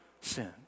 sin